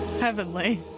heavenly